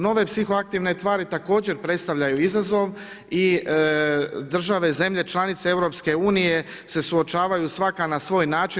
Nove psiho aktivne tvari također predstavljaju izazov i države zemlje članice EU se suočavaju svaka na svoj način.